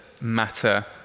matter